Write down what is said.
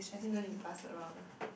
no you pass around eh